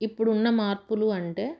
ఇప్పుడు ఉన్న మార్పులు అంటే